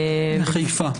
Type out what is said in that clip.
בחיפה.